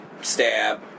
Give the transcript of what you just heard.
stab